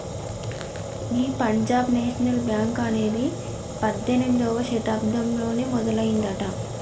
గీ Punjab National Bank అనేది పద్దెనిమిదవ శతాబ్దంలోనే మొదలయ్యిందట